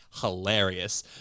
hilarious